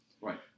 Right